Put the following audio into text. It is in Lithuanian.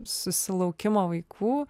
susilaukimo vaikų